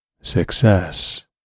success